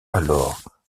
alors